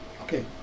Okay